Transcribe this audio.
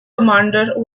commander